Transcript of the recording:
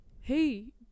hey